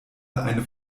eine